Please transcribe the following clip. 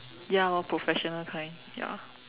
ya lor professional kind ya